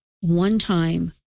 one-time